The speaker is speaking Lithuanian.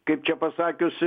kaip čia pasakius